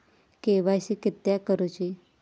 KYC किदयाक करूची?